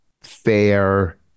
fair